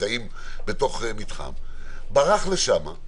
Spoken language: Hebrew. ברח לשם,